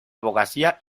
abogacía